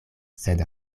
sed